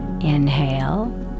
Inhale